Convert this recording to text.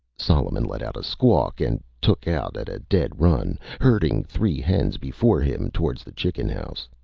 solomon let out a squawk and took out at a dead run, herding three hens before him towards the chicken house.